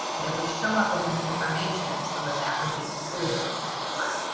but it would show up in this information so that that would be included, which is important.